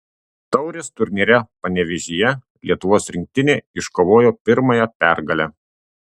taurės turnyre panevėžyje lietuvos rinktinė iškovojo pirmąją pergalę